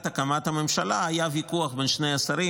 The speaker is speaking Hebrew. הקמת הממשלה היה ויכוח בין שני השרים,